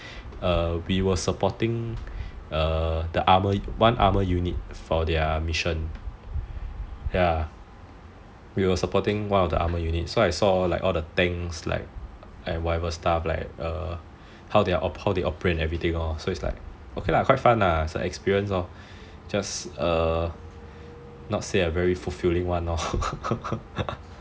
we were supporting one armour unit for their mission ya we were supporting one of the armour unit so I saw all the tanks and whatever stuff and how they operate everything lor so it's like okay lah quite fun it's an experience lor just err not say a very fulfilling one lor